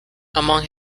among